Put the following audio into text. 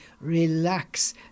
relax